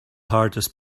hardest